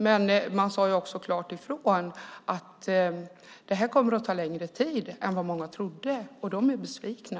Man sade klart ifrån att detta kommer att ta längre tid än vad många trodde. Nu är de besvikna.